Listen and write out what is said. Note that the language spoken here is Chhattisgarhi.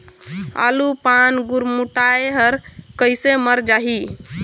आलू पान गुरमुटाए हर कइसे मर जाही?